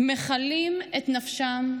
מכלים את נפשם,